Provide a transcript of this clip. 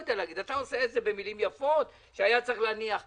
אתה עושה את זה במילים יפות שהיה צריך להניח.